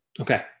Okay